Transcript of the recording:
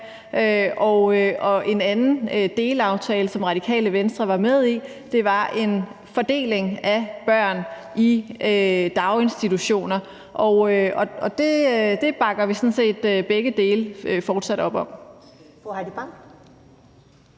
og en anden delaftale, som Radikale Venstre var med i, var om en fordeling af børn i daginstitutioner. Begge dele bakker vi sådan set stadig op om.